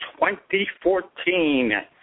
2014